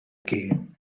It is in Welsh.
gêm